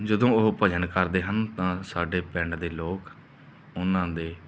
ਜਦੋਂ ਉਹ ਭਜਨ ਕਰਦੇ ਹਨ ਤਾਂ ਸਾਡੇ ਪਿੰਡ ਦੇ ਲੋਕ ਉਹਨਾਂ ਦੇ